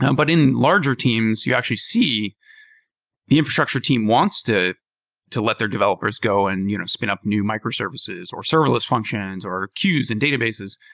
um but in larger teams, you actually see the infrastructure team wants to to let their developers go and you know spin up new microservices or serverless functions or queue in databases.